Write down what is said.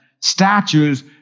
Statues